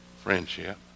Friendship